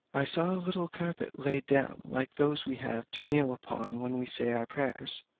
i saw a little carpet laid down like those we have to kneel upon when we say our prayers,